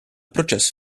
processo